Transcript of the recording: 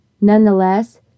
Nonetheless